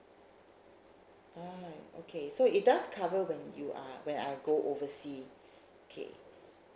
right okay so it does cover when you are when I go oversea okay